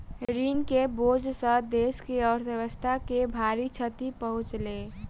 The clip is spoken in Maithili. ऋण के बोझ सॅ देस के अर्थव्यवस्था के भारी क्षति पहुँचलै